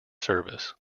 service